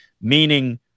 meaning